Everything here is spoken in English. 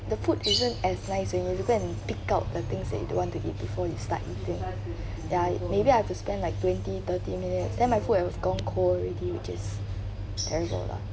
the food isn't as nice you know you go and pick out the things that you don't want to eat before you start eating ya it maybe I have to spend like twenty thirty minute then my food will become cold already which is terrible lah